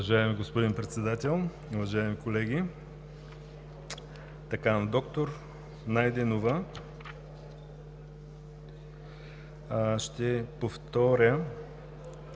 Уважаеми, господин Председател, уважаеми колеги. Доктор Найденова, ще повторя,